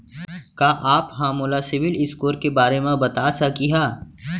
का आप हा मोला सिविल स्कोर के बारे मा बता सकिहा?